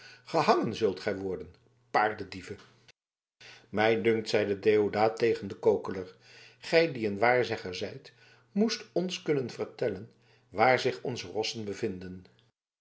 gehangen zult gij worden paardendieven mij dunkt zeide deodaat tegen den kokeler gij die een waarzegger zijt moest ons kunnen vertellen waar zich onze rossen bevinden